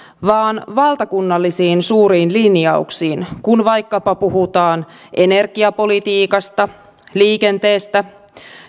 vaan valtakunnallisiin suuriin linjauksiin kun vaikkapa puhutaan energiapolitiikasta liikenteestä